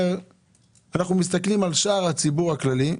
שאנחנו מסתכלים על שאר הציבור הכללי,